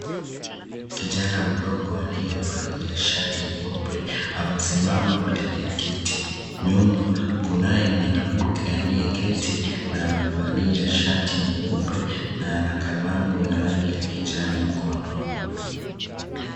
Kijana mdogo aliyevalia shati nyeupe amesimama mbele ya kiti. Nyuma, kunaye mwanamke aliye keti na amevalia shati nyeupe na ana kalamuu ya rangi ya kijani mkononi.